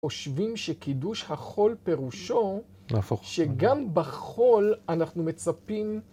חושבים שקידוש החול פירושו, להפוך שגם בחול אנחנו מצפים